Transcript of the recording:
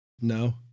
No